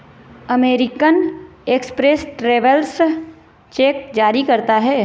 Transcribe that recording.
American Express travellers cheque जारी करता है